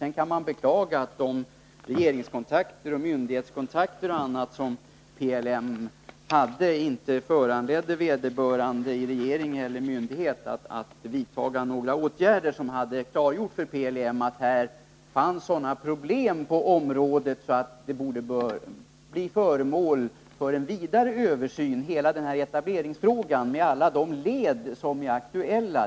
Sedan kan man beklaga att de regeringskontakter och myndighetskontakter som PLM hade inte föranledde vederbörande i regeringen eller hos myndigheterna att vidta åtgärder som hade klargjort för PLM att det fanns sådana problem på området att hela etableringsfrågan med alla de led som är aktuella borde ha blivit föremål för en vidare översyn.